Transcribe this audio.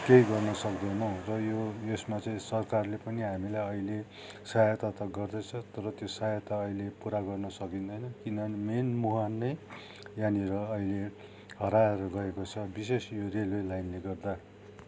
केही गर्न सक्दैनौँ र यो यसमा चाहिँ सरकारले पनि हामीलाई अहिले सहायता त गर्दैछ तर त्यो सहायता अहिले पुरा गर्नु सकिँदैन किनभने मेन मुहान नै यहाँनिर अहिले हराएर गएको छ विशेष यो रेलवे लाइनले गर्दा